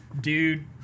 Dude